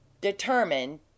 determined